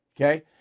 okay